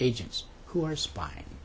agents who are spying